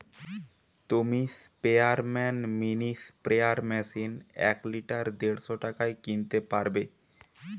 তুমি স্পেয়ারম্যান mini sprayer machine এক লিটার দেড়শ টাকায় কিনতে পারবে